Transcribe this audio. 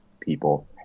people